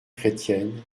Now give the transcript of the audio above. chrétienne